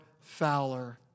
fowler